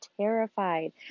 terrified